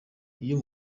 iyo